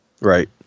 Right